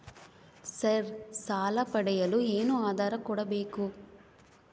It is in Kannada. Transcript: ಸರ್ ಸಾಲ ಪಡೆಯಲು ಏನು ಆಧಾರ ಕೋಡಬೇಕು?